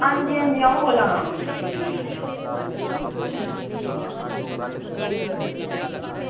आं जी आं जी अं'ऊ बोल्ला ना